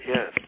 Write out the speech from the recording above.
Yes